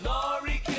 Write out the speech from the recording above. Laurie